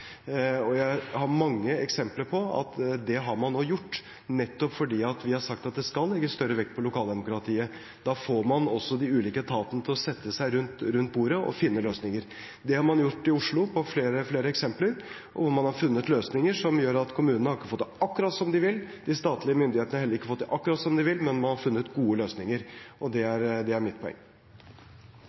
og jeg har mange eksempler på at man nå har gjort det, nettopp fordi vi har sagt at det skal legges mer vekt på lokaldemokratiet. Da får man også de ulike etatene til å sette seg rundt bordet og finne løsninger. Det har man flere eksempler på fra Oslo, hvor man har funnet løsninger som gjør at kommunen ikke får det akkurat som de vil, og de statlige myndighetene heller ikke får det akkurat som de vil. Men man har funnet gode løsninger. Det er mitt poeng. Replikkordskiftet er